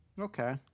Okay